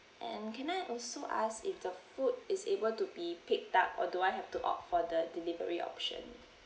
and can I also ask if the food is able to be picked up or do I have to opt for the delivery option